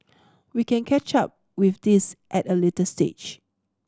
we can catch up with this at a later stage